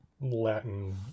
latin